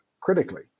critically